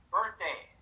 Birthday